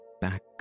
back